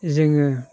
जोङो